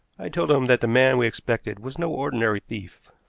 i told him that the man we expected was no ordinary thief.